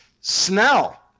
Snell